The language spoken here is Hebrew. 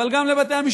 אבל גם לבתי-המשפט,